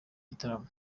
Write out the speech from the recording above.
gitaramo